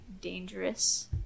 dangerous